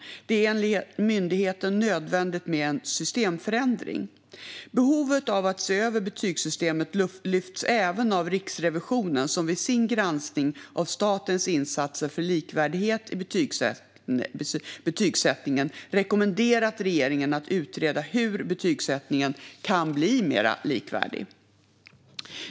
Det är enligt myndigheten nödvändigt med en systemförändring. Behovet av att se över betygssystemet lyfts även av Riksrevisionen, som vid sin granskning av statens insatser för likvärdighet i betygsättningen rekommenderat regeringen att utreda hur betygsättningen kan bli mer likvärdig.